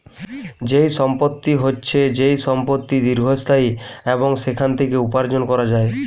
যেই সম্পত্তি হচ্ছে যেই সম্পত্তি দীর্ঘস্থায়ী এবং সেখান থেকে উপার্জন করা যায়